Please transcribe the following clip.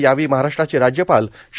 यावेळी महाराष्ट्राचे राज्यपाल श्री